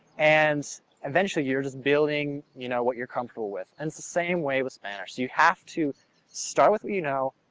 and eventually you're just building you know what you're comfortable with. and the same way with spanish. so you have to start with what you know